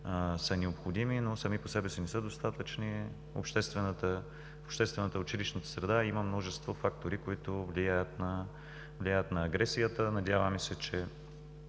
са необходими, но сами по себе си не са достатъчни. Обществената училищна среща има множество фактори, които влияят на агресията. Надяваме се, че